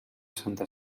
santa